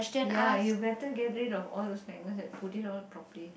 ya you better get rid of all these memories and put it off properly